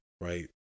Right